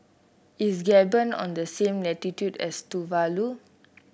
is Gabon on the same latitude as Tuvalu